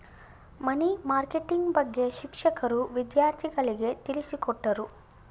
ಮನಿ marketing ಬಗ್ಗೆ ಶಿಕ್ಷಕರು ವಿದ್ಯಾರ್ಥಿಗಳಿಗೆ ತಿಳಿಸಿಕೊಟ್ಟರು